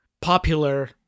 popular